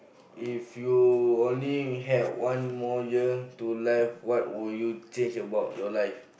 if you only have one more year to live what would you change about your life